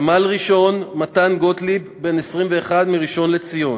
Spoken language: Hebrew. סמל-ראשון מתן גוטליב, בן 21, מראשון-לציון,